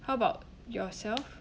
how about yourself